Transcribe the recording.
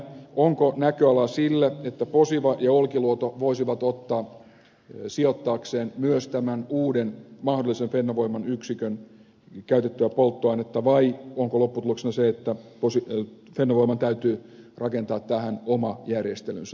onko näköala sille että posiva ja olkiluoto voisivat ottaa sijoittaakseen myös tämän uuden mahdollisen fennovoiman yksikön käytettyä polttoainetta vai onko lopputuloksena se että fennovoiman täytyy rakentaa tähän oma järjestelynsä